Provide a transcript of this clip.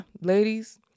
ladies